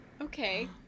Okay